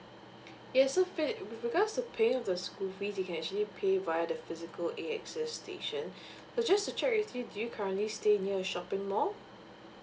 yes so fees with regards to paying with the school fee they can actually pay via the physical A_X_S station so just to check with you do you currently stay near a shopping mall